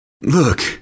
Look